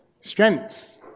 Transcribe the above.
Strengths